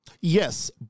Yes